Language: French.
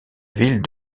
ville